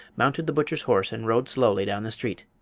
mounted the butcher's horse and rode slowly down the street.